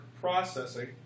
processing